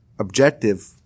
Objective